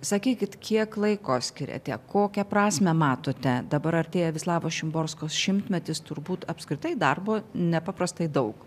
sakykit kiek laiko skiriate kokią prasmę matote dabar artėja vislavos šimborskos šimtmetis turbūt apskritai darbo nepaprastai daug